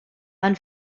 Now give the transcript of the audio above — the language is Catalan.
van